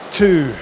two